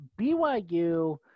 BYU